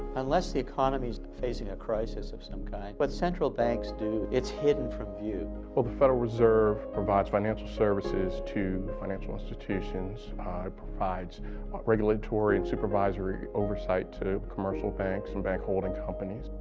unless the economy's facing a crisis of some kind, what central banks do, it's hidden from view. well, the federal reserve provides financial services to financial institutions. it provides regulatory and supervisory oversight to commercial banks and bank holding companies.